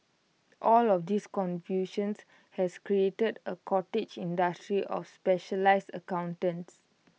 all of this confusions has created A cottage industry of specialised accountants